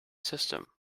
system